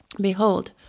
Behold